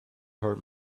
hurt